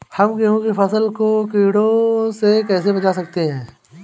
हम गेहूँ की फसल को कीड़ों से कैसे बचा सकते हैं?